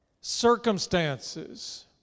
Circumstances